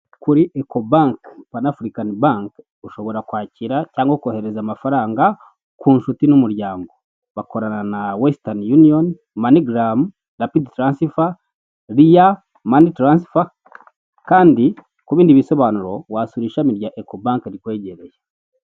Kuri eKo banki, panafurikani banki, ushobora kwakira cyangwa kohereza amafaranga ku nshuti n'umuryango bakorana na wesitani yuniyoni maneguramu, rapidi turansifa, riya, kandi ku bindi bisobanuro wasura ishami rya ekobanki rikwegereye.